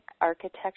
architecture